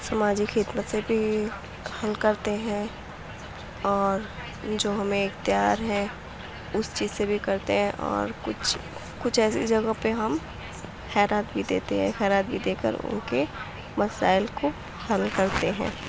سماجی خدمت سے بھی حل کرتے ہیں اور جو ہمیں اختیار ہیں اس چیز سے بھی کرتے ہیں اور کچھ کچھ ایسی جگہوں پہ ہم خیرات بھی دیتے ہیں خیرات بھی دے کر ان کے مسائل کو حل کرتے ہیں